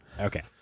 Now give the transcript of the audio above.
Okay